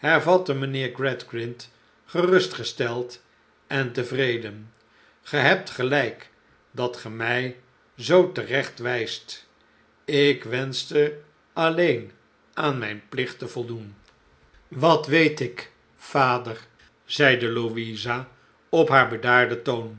hervatte mijnheer gradgrind gerustgesteld en tevreden gij hebt geih'k dat ge my zoo terecht wijst ik wenschte alleen aan mijn plicht te voldoen wat weet ik vader zeide louisa op haar bedaarden toon